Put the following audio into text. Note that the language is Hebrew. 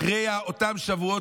אחרי אותם שבועות,